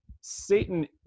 satan